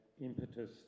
impetus